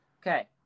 Okay